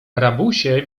rabusie